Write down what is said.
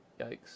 Yikes